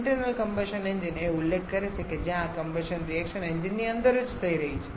internal combustion engine એ ઉલ્લેખ કરે છે જ્યાં આ કમ્બશન રિએક્શન એન્જિનની અંદર જ થઈ રહી છે